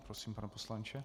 Prosím, pane poslanče.